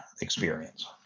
experience